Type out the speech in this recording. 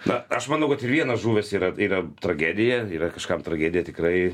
na aš manau kad ir vienas žuvęs yra yra tragedija yra kažkam tragedija tikrai